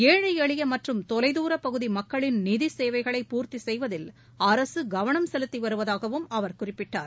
ஏழை எளிய மற்றும் தொலைதூரப்பகுதி மக்களின் நிதி சேவைகளை பூர்த்தி செய்வதில் அரசு கவனம் செலுத்தி வருவதாகவும் அவர் குறிப்பிட்டுள்ளார்